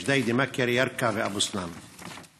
ג'דיידה-מכר, ירכא ואבו סנאן.